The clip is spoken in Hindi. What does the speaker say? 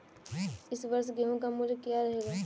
इस वर्ष गेहूँ का मूल्य क्या रहेगा?